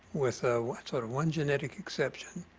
with sort of one genetic exception,